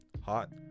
Hot